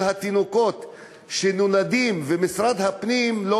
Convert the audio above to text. של התינוקות שנולדים ומשרד הפנים לא